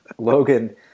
Logan